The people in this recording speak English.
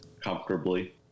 comfortably